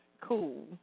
cool